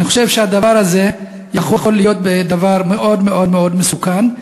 אני חושב שהדבר הזה יכול להיות דבר מאוד מאוד מאוד מסוכן.